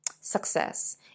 success